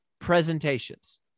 presentations